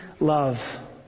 love